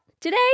today